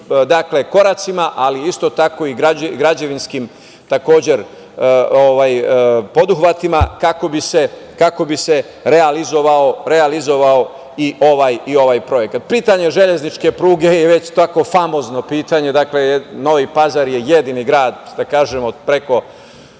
koracima, ali isto tako i građevinskim poduhvatima, kako bi se realizovao ovaj projekat. Pitanje železničke pruge je već tako famozno pitanje, dakle Novi Pazar je jedini grad od preko